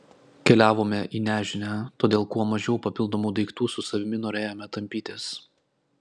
keliavome į nežinią todėl kuo mažiau papildomų daiktų su savimi norėjome tampytis